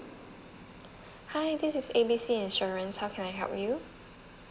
hi this is A B C insurance how can I help you